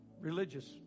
religious